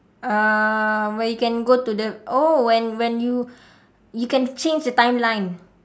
uh where you can go to the oh when when you you can change the timeline